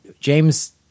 James